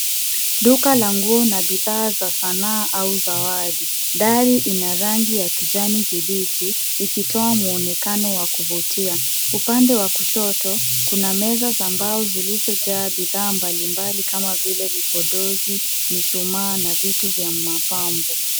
Duka la nguo na bidhaa za sanaa au zawadi. Dari ina rangi ya kijani kibichi, ikitoa mwonekano wa kuvutia. Upande wa kushoto, kuna meza za mbao zilizojaa bidhaa mbalimbali kama vile vipodozi, mishuma na vitu vya mapambo.